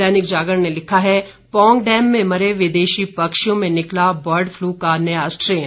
दैनिक जागरण ने लिखा है पौंग डैम में मरे विदेशी पक्षियों में निकला बर्ड फ्लू का नया स्ट्रेन